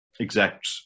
exact